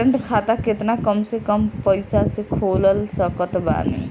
Current खाता केतना कम से कम पईसा से खोल सकत बानी?